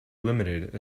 limited